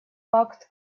факт